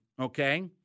okay